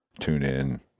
TuneIn